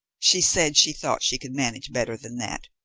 she said she thought she could manage better than that.